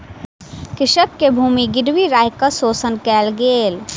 कृषक के भूमि गिरवी राइख के शोषण कयल गेल